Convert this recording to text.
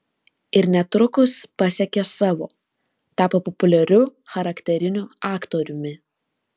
ir netrukus pasiekė savo tapo populiariu charakteriniu aktoriumi